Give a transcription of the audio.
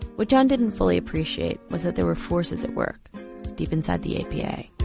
what john didn't fully appreciate was that there were forces at work deep inside the apa.